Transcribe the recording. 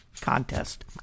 contest